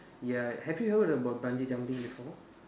ya have you heard about bungee jumping before